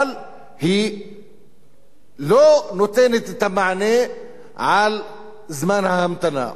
אבל היא לא נותנת את המענה על זמן ההמתנה.